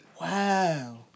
Wow